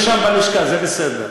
יפה, אז הוא נרשם בלשכה, זה בסדר.